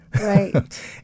Right